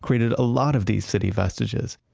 created a lot of these city vestiges.